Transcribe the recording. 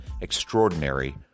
extraordinary